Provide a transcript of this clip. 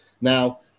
now